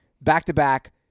Back-to-back